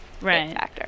Right